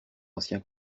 ancien